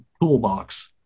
toolbox